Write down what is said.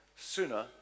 Sooner